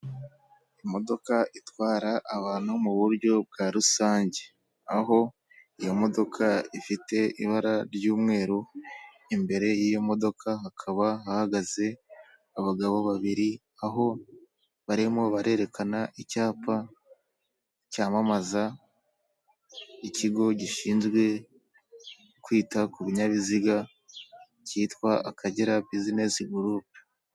Imodoka itwara abantu mu buryo bwa rusange aho iyo modoka ifite ibara ry'umweru imbere y'iyo modoka hakaba hahagaze abagabo babiri, aho barimo barerekana icyapa cyamamaza ikigo gishinzwe kwita ku binyabiziga cyitwa akagera bisinesi gurupe.